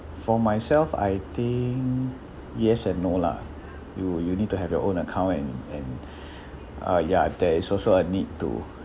for myself I think yes and no lah you you need to have your own account and and uh ya there is also a need to